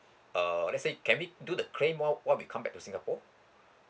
uh let's say can we do the claim or what we come back to singapore